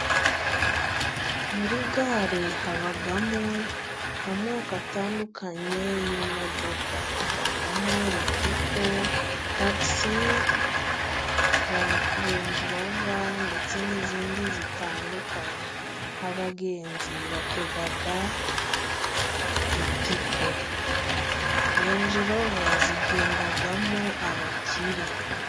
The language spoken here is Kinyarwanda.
Muri gare habamo amoko atandukanye y'imodoka habamo : Ritiko ,takisi, renjilova ndetse n'izindi zitandukanye, abagenzi batega ritiko, renjilova zigendamo abakire.